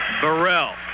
Burrell